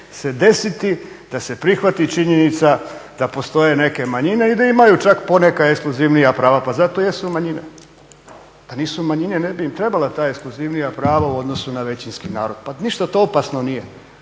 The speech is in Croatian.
se desiti da se prihvati činjenica da postoje neke manjine i da imaju čak poneka ekskluzivnija prava pa zato jesu manjine, da nisu manjine ne bi im trebala ekskluzivnija prava u odnosu na većinski narod. Pa ništa to opasno nije,